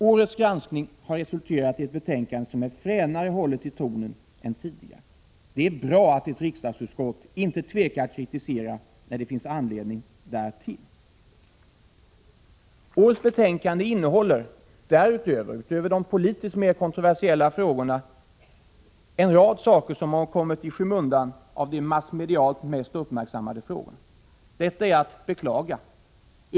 Årets granskning har resulterat i ett betänkande som är fränare hållet i tonen än tidigare. Det är bra att ett riksdagsutskott inte tvekar att kritisera när det finns anledning därtill. Herr talman! Årets betänkande innehåller, utöver de politiskt mer kontroversiella frågorna, en rad frågor som har kommit i skymundan av de massmedialt mest uppmärksammade frågorna. Detta är att beklaga.